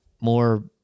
more